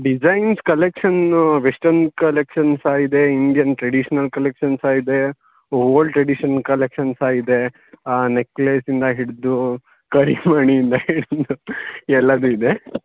designs collection western collection ಸಹ ಇದೆ Indian traditional collection ಸಹ ಇದೆ ಓಲ್ಡ್ ಟ್ರೆಡೀಷನ್ ಕಲೆಕ್ಷನ್ ಸಹ ಇದೆ ನೆಕ್ಲೇಸಿಂದ ಹಿಡಿದು ಕರಿಮಣಿ ಇಂದ ಹಿಡಿದು ಎಲ್ಲದು ಇದೆ